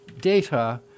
data